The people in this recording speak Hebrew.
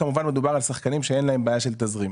כמובן מדובר על שחקנים שאין להם בעיה של תזרים.